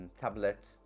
tablet